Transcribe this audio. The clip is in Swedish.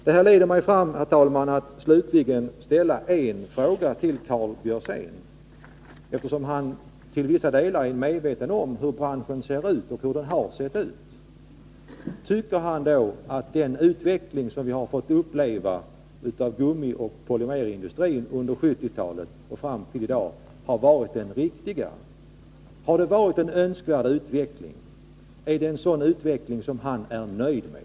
Detta leder mig, herr talman, fram till att slutligen ställa ytterligare en fråga till Karl Björzén, eftersom han till vissa delar är medveten om hur branschen har sett ut och ser ut: Tycker Karl Björzén att den utveckling inom gummioch polymerindustrin som vi har fått uppleva under 1970-talet och fram till i dag har varit den riktiga? Har det varit en önskvärd utveckling? Är det en sådan utveckling som Karl Björzén är nöjd med?